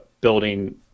building